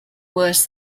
worse